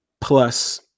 plus